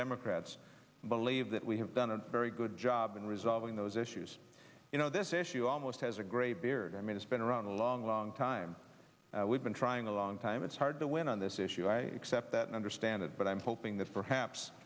democrats believe that we have done a very good job in resolving those issues you know this issue almost has a great beard i mean it's been around a long long time we've been trying a long time it's hard to win on this issue i accept that and understand it but i'm hoping that perhaps